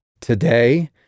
Today